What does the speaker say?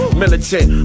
militant